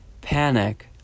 panic